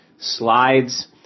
slides